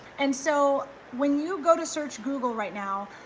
and so when you go to search google right now,